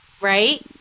right